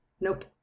Nope